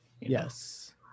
yes